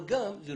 זה לא מאוזן.